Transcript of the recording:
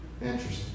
Interesting